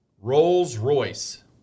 Rolls-Royce